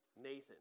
Nathan